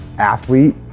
athlete